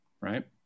right